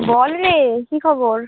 বল রে কী খবর